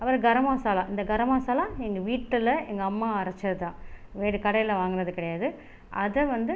அப்புறம் கரம் மசாலா இந்த கரம் மசாலா எங்கள் வீட்டில் எங்கள் அம்மா அரச்சதுதா வேற கடையில் வாங்குனது கிடையாது அதை வந்து